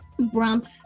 Brump